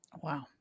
Wow